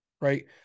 Right